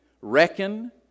Reckon